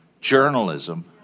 Journalism